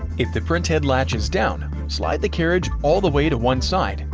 if the printhead latch is down, slide the carriage all the way to one side,